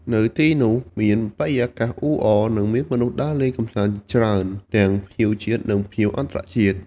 នៅទីនោះមានបរិយាកាសអ៊ូអរ និងមានមនុស្សដើរលេងកម្សាន្តច្រើន ទាំងភ្ញៀវជាតិ និងភ្ញៀវអន្តរជាតិ។